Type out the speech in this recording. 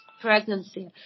Pregnancy